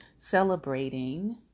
celebrating